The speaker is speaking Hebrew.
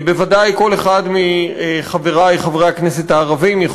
בוודאי כל אחד מחברי חברי הכנסת הערבים יכול